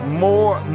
more